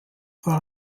war